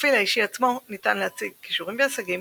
בפרופיל האישי עצמו ניתן להציג כישורים והישגים,